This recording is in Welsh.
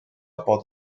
bod